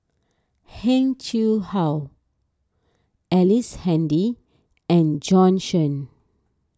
Heng Chee How Ellice Handy and Bjorn Shen